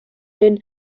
den